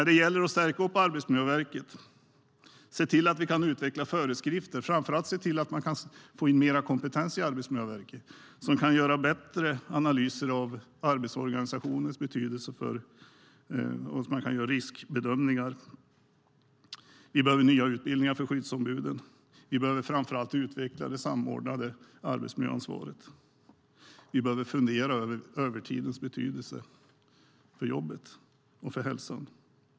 Det gäller att stärka Arbetsmiljöverket och se till att utveckla föreskrifter, framför allt se till att få in mer kompetens i Arbetsmiljöverket som kan göra bättre analyser av arbetsorganisationens betydelse och göra riskbedömningar. Vi behöver nya utbildningar för skyddsombuden. Vi behöver framför allt utveckla det samordnade arbetsmiljöansvaret. Vi behöver fundera på övertidens betydelse för jobbet och för hälsan.